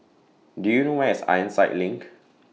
Do YOU know Where IS Ironside LINK